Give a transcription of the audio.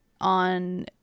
on